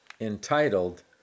entitled